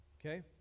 okay